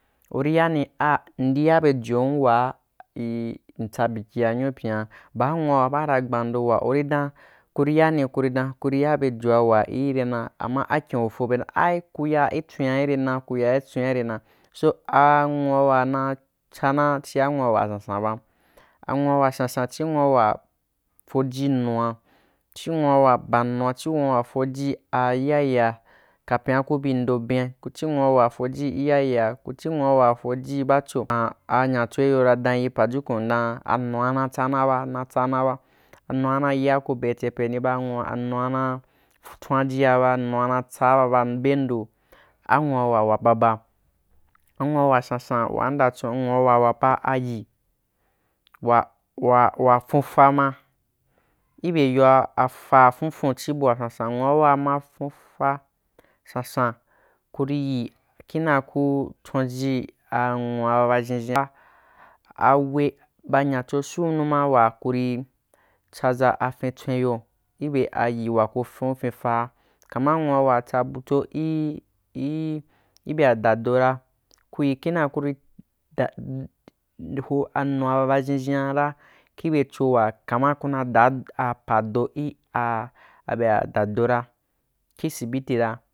Uri yani aa m di ya be jom waa im tsa bikīa nyuu pyun'a baa nwua wa baa ra gbando wu urí dan uri yani kuri dan uri ya be joa wa ire na ama akyin ai ku ya itswin a ire na ku ya i tswinia ire na so anwuawa na tsana chia nwaawa sansan ba anwuawa sansan chi nwu awa foji nua chi nwuawa bannua chi nwuawa fojia iyayea kepyen a ku bi ndo ben ca ku chi nwuawa foji iyayea ku chi nwuawa foji ba cho dan a nya cho i yo na dan yi paju kun dan anua na tsa na ba natsaanaba anua na yiaku be chepeni ba anwua anua na chongua ba nua na tsana ba-ba bendo anwuawa wa baba anwuawa sansan wan mnda chon anwuawawa ba ayi wawa wa funfa ma ibe yoa afa fun fun chi bua sansan nwuawa ma funfa san san kuri yi kendeakurī chonji nwua ba baʒhinʒhin’a awe ba nya cho suu numa wakuri tsaʒa afintswín yo i be ayi wa ku fun finfaa kama nwuawa wa tsabu tso ikibea dadora kuyi kenea kuri da ho anua ba bazhinʒhin a ra kibe cho wa kama kun a da a pa doki bea dadora ki sibiti ra.